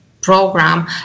program